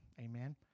Amen